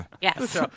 Yes